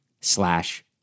slash